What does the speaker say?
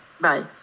Bye